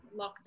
lockdown